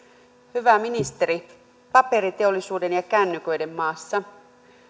hyvä ministeri paperiteollisuuden ja kännyköiden maassa